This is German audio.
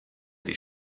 die